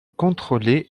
contrôler